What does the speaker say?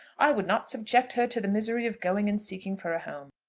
i would not subject her to the misery of going and seeking for a home.